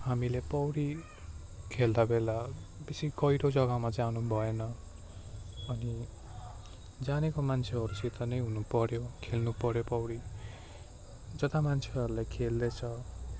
हामीले पौडी खेल्दा बेला बेसी गहिरो जग्गामा जानु भएन अनि जानेको मान्छेहरूसित नै हुनुपर्यो खेल्नुपर्यो पौडी जता मान्छेहरूले खेल्दै छ